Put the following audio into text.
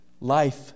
Life